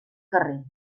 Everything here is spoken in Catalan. carrer